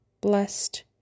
Blessed